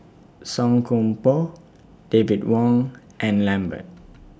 Song Koon Poh David Wong and Lambert